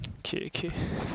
okay okay